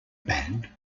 band